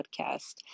podcast